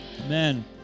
Amen